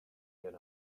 get